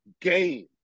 game